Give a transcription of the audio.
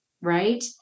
right